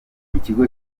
ikigo